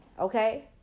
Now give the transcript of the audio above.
okay